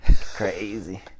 crazy